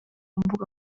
mbuga